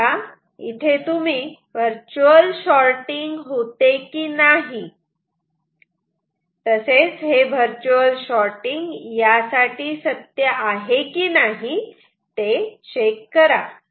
तेव्हा इथे तुम्ही वर्च्युअल शॉटिंग होते की नाही हे वर्च्युअल शॉटिंग यासाठी सत्य आहे की नाही ते चेक करा